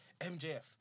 MJF